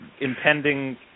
impending